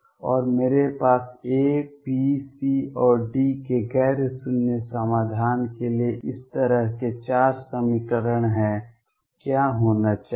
और मेरे पास A B C और D के गैर शून्य समाधान के लिए इस तरह के 4 समीकरण हैं क्या होना चाहिए